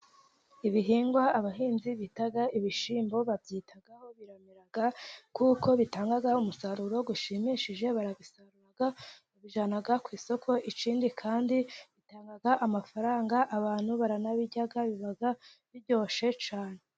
Ibihingwa abahinzi bita ibishyimbo, babyitaho biramera kuko bitanga umusaruro ushimishije, barabisarura babijya ku isoko, ikindi kandi bitanga amafaranga, abantu baranabirya biba biryoshye cyane.